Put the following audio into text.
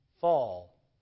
fall